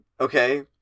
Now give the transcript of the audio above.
okay